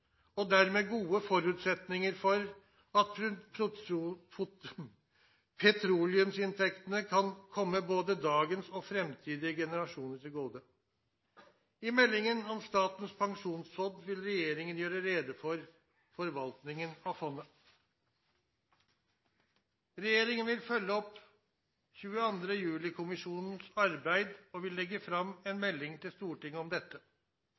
og dermed gode forutsetninger for at petroleumsinntektene kan komme både dagens og framtidige generasjoner til gode. I meldingen om Statens pensjonsfond vil regjeringen gjøre rede for forvaltningen av fondet. Regjeringen vil følge opp 22. juli-kommisjonens arbeid og vil legge fram en melding til Stortinget om dette.